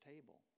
table